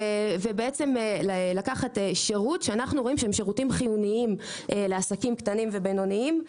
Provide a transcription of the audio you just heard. ולקחת שירות שהוא שירות חיוני לעסקים קטנים ובינוניים.